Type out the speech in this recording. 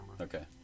Okay